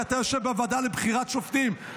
כי אתה יושב בוועדה לבחירת שופטים,